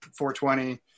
420